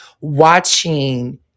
watching